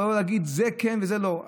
ולבוא ולהגיד שזה כן וזה לא?